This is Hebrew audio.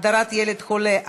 הגדרת ילד חולה),